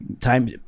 time